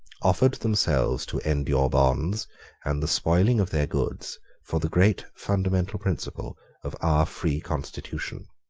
offered themselves to endure bonds and the spoiling of their goods for the great fundamental principle of our free constitution.